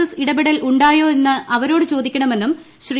S ഇടപെടൽ ഉണ്ടായോ എന്ന് അവ്യരോട് ചോദിക്കണമെന്നും ശ്രീ